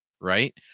Right